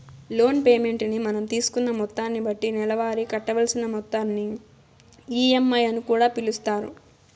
loan payment ని మనం తీసుకున్న మొత్తాన్ని బట్టి నెలవారీ కట్టవలసిన మొత్తాన్ని ఈ.ఎం.ఐ అని కూడా పిలుస్తారు